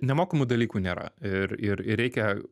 nemokamų dalykų nėra ir ir ir reikia